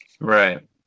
Right